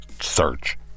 search